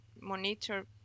monitor